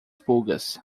pulgas